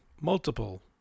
multiple